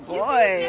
boy